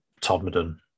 Todmorden